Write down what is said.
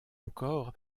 encore